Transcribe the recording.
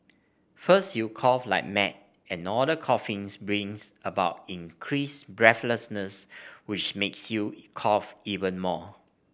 first you cough like mad and all the coughing brings about increased breathlessness which makes you cough even more